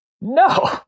No